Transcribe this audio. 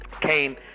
came